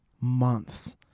months